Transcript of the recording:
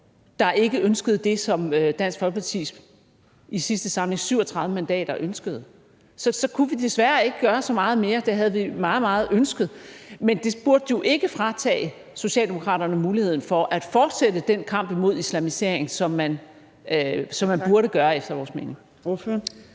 der ikke ønskede det, som Dansk Folkepartis 37 mandater i sidste samling ønskede. Så vi kunne desværre ikke gøre så meget mere. Det havde vi meget, meget gerne ønsket. Men det burde jo ikke fratage Socialdemokraterne muligheden for at fortsætte den kamp imod islamisering, som man burde føre efter vores mening.